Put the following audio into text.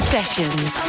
Sessions